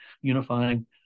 unifying